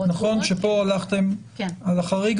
נכון שפה הלכתם על אחרי,